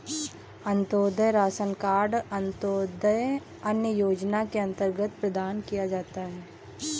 Antyodaya ration card Antyodaya अन्न योजना के अंतर्गत प्रदान किया जाता है